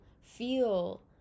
feel